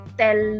tell